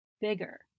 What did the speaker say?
bigger